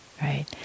right